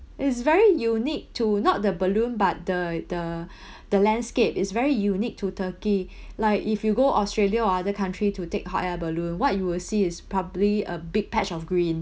it's very unique to not the balloon but the the the landscape is very unique to turkey like if you go australia or other country to take hot air balloon what you will see is probably a big patch of green